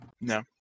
No